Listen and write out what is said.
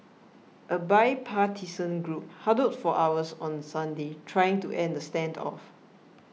a bipartisan group huddled for hours on Sunday trying to end the standoff